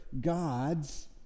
gods